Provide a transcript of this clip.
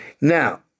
now